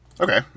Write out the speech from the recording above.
Okay